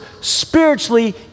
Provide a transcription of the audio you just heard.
spiritually